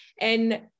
and-